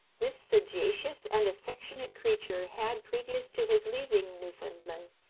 this sagacious and affectionate creature had, previous to his leaving newfoundland,